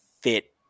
fit